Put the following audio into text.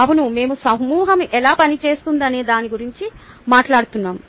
అవును మేము సమూహం ఎలా పనిచేస్తుందనే దాని గురించి మాట్లాడుతున్నాము